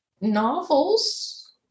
novels